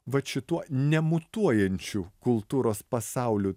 vat šituo nemutuojančiu kultūros pasauliu